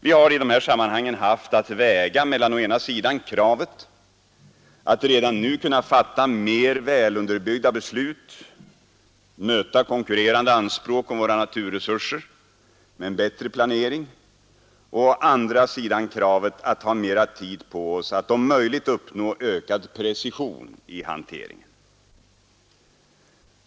Vi har i de sammanhangen haft att väga å ena sidan kravet att redan nu kunna fatta mer välunderbyggda beslut och möta konkurrerande anspråk på våra naturresurser med en bättre planering och å andra sidan kravet att ha mera tid på oss att om möjligt uppnå ökad precision i arbetet.